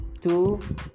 two